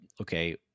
okay